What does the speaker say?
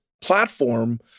platform